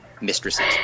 mistresses